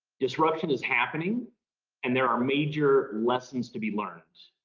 disruption is happening and there are major lessons to be learned.